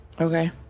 Okay